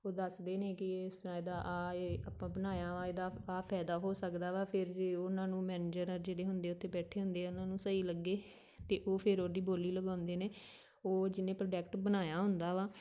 ਉਹ ਦੱਸਦੇ ਨੇ ਕਿ ਇਸ ਤਰ੍ਹਾਂ ਇਹਦਾ ਆਹ ਹੈ ਆਪਾਂ ਬਣਾਇਆ ਵਾ ਇਹਦਾ ਆਹ ਫਾਇਦਾ ਹੋ ਸਕਦਾ ਵਾ ਫਿਰ ਜੇ ਉਹਨਾਂ ਨੂੰ ਮੈਨੇਜਰ ਆ ਜਿਹੜੇ ਹੁੰਦੇ ਉੱਥੇ ਬੈਠੇ ਹੁੰਦੇ ਆ ਉਹਨਾਂ ਨੂੰ ਸਹੀ ਲੱਗੇ ਤਾਂ ਉਹ ਫਿਰ ਉਹਦੀ ਬੋਲੀ ਲਗਾਉਂਦੇ ਨੇ ਉਹ ਜਿਹਨੇ ਪ੍ਰੋਡਕਟ ਬਣਾਇਆ ਹੁੰਦਾ ਵਾ